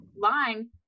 line